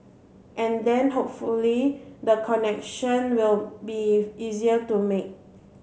and then hopefully the connection will be easier to make